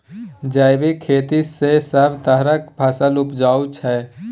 जैबिक खेती सँ सब तरहक फसल उपजै छै